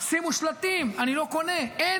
שימו שלטים: אני לא קונה.